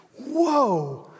whoa